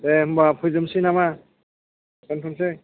दे होमबा फोजोबसै नामा दोनथ'सै